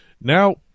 Now